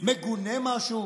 מגונה משהו